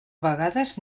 vegades